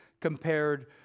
compared